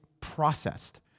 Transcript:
processed